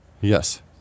Yes